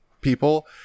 people